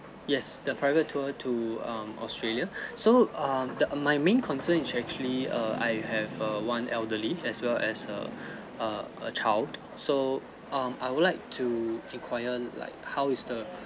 yes the private tour to um australia so um the my main concern is actually err I have err one elderly as well as a err a child so um I would like to enquire like how is the